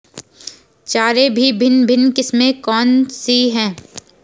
चारे की भिन्न भिन्न किस्में कौन सी हैं?